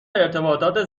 ارتباطات